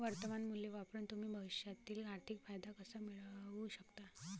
वर्तमान मूल्य वापरून तुम्ही भविष्यातील आर्थिक फायदा कसा मिळवू शकता?